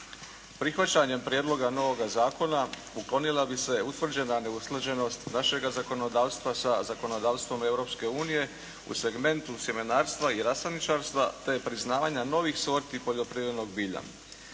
Prihvaćanjem prijedloga novoga zakona uklonila bi se utvrđena neusklađenost našega zakonodavstva sa zakonodavstvom Europske unije u segmentu sjemenarstva i rasadničarstva te priznavanja novih sorti poljoprivrednog bilja.